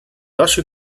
rasche